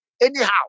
anyhow